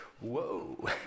whoa